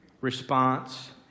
response